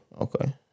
Okay